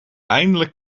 eindelijk